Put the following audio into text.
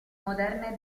moderne